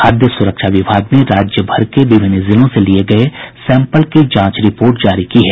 खाद्य सुरक्षा विभाग ने राज्य भर के विभिन्न जिलों से लिए गये सैंपल की जांच रिपोर्ट जारी की है